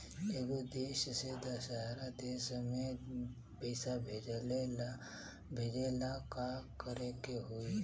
एगो देश से दशहरा देश मे पैसा भेजे ला का करेके होई?